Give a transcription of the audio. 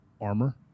armor